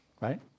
Right